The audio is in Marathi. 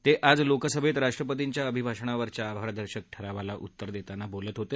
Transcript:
ते आज लोकसभेत राष्ट्रपतींच्या अभिभाषणावरच्या आभारदर्शक ठरावाला उत्तर देताना बोलत होते